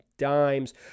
dimes